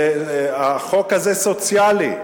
החוק הזה סוציאלי.